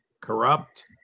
corrupt